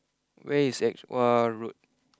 where is Edgware Road